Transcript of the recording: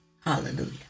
Hallelujah